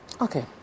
Okay